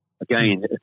again